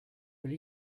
will